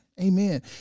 Amen